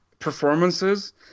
performances